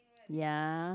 ya